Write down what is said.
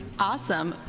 awesome.